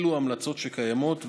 אלו המלצות שקיימות,